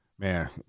man